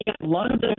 London